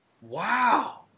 Wow